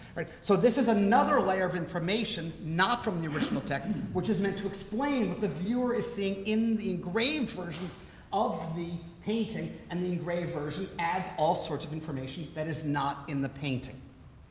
so this is another layer of information not from the original text, which is meant to explain what the viewer is seeing in the engraved version of the painting, and the engraved version adds all sorts of information that is not in the painting.